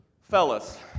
Fellas